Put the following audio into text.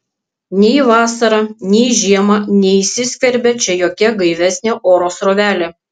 nei vasarą nei žiemą neįsiskverbia čia jokia gaivesnė oro srovelė